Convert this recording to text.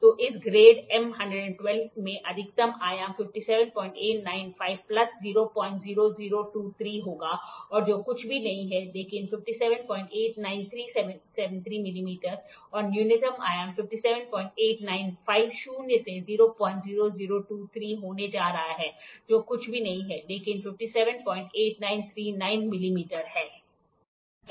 तो इस grade M 112 में अधिकतम आयाम 57895 प्लस 00023 होगा और जो कुछ भी नहीं है लेकिन 578973 मिलीमीटर और न्यूनतम आयाम 57895 शून्य से 00023 होने जा रहा है जो कुछ भी नहीं है लेकिन 578939 मिलीमीटर है